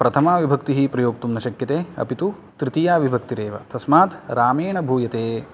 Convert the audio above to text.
प्रथमाविभक्तिः प्रयोक्तुं न शक्यते अपि तु तृतीया विभक्तिरेव तस्मात् रामेण भूयते